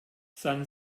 san